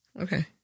Okay